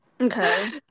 okay